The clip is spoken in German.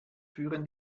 führen